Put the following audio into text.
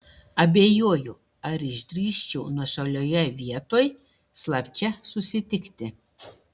abejoju ar išdrįsčiau nuošalioje vietoj slapčia susitikti